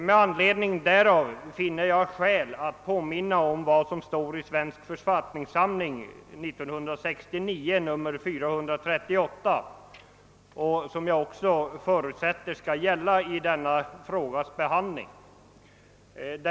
Med anledning därav finner jag skäl att påminna om vad som står i Svensk rörfattningssamling 1969 nr 438 och som jag förutsätter också skall gälla vid denna frågas behandling: »Kungl.